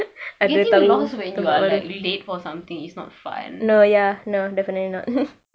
if you get lost if you are late for something it's not fun